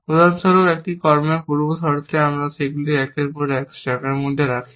উদাহরণস্বরূপ একটি কর্মের পূর্ব শর্তে আমরা সেগুলিকে একের পর এক স্ট্যাকের মধ্যে রাখি